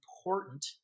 important